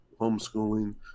homeschooling